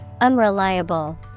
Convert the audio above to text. Unreliable